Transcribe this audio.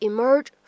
Emerge